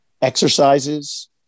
exercises